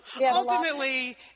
Ultimately